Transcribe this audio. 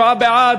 27 בעד,